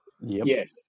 Yes